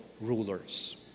rulers